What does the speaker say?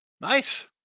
Nice